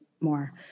more